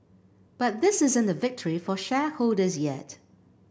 but this isn't a victory for shareholders yet